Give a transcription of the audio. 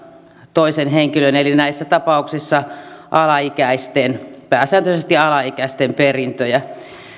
toisen henkilön eli näissä tapauksissa alaikäisten pääsääntöisesti alaikäisten perintöjä